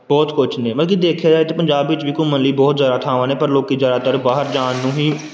ਬਹੁਤ ਕੁਝ ਨੇ ਮਤਲਬ ਕਿ ਦੇਖਿਆ ਜਾਵੇ ਤਾਂ ਪੰਜਾਬ ਵਿੱਚ ਵੀ ਘੁੰਮਣ ਲਈ ਬਹੁਤ ਜ਼ਿਆਦਾ ਥਾਵਾਂ ਨੇ ਪਰ ਲੋਕ ਜ਼ਿਆਦਾਤਰ ਬਾਹਰ ਜਾਣ ਨੂੰ ਹੀ